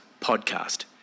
podcast